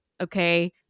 Okay